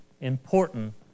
important